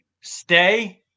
stay